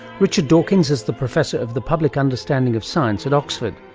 richard dawkins is the professor of the public understanding of science at oxford.